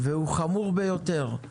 והוא חמור ביותר.